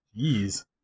Jeez